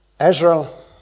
Israel